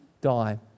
die